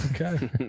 Okay